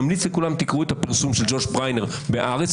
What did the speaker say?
ממליץ לכולם לקרוא את הפרסום של ג'וש בריינר בהארץ.